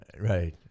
Right